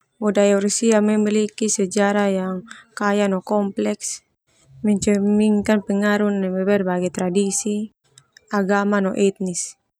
Budaya Rusia memiliki sejarah yang kaya no kompleks, mencerminkan pengaruh neme berbagai tradisi, agama, no etnis.